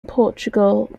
portugal